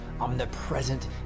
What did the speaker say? omnipresent